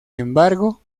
embargo